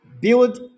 build